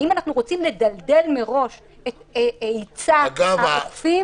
האם אנחנו רוצים לדלדל מראש את היצע האוכפים?